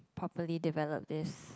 properly develop this